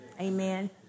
Amen